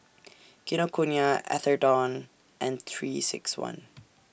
Kinokuniya Atherton and three six one